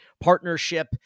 partnership